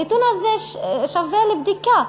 הנתון הזה שווה בדיקה,